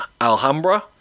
Alhambra